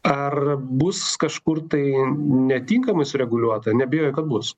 ar bus kažkur tai netinkamai sureguliuota neabejoju kad bus